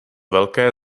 velké